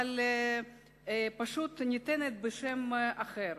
אבל פשוט היא ניתנת בשם אחר.